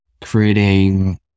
creating